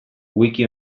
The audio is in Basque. wiki